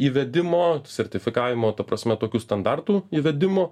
įvedimo sertifikavimo ta prasme tokių standartų įvedimo